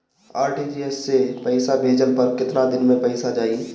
RTGS से पईसा भेजला पर केतना दिन मे पईसा जाई?